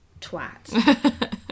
twat